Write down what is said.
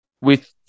with-